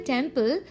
Temple